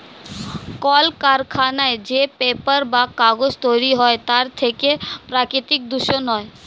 কলকারখানায় যে পেপার বা কাগজ তৈরি হয় তার থেকে প্রাকৃতিক দূষণ হয়